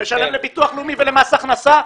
שמשלם לביטוח לאומי ולמס הכנסה,